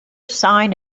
sign